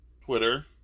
Twitter